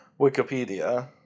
Wikipedia